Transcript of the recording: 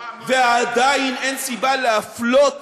ועדיין אין סיבה להפלות